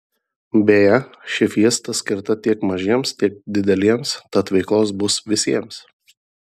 beje ši fiesta skirta tiek mažiems tiek dideliems tad veiklos bus visiems